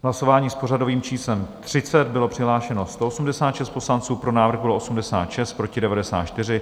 V hlasování s pořadovým číslem 30 bylo přihlášeno 186 poslanců, pro návrh bylo 86, proti 94.